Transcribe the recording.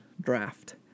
draft